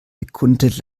bekundete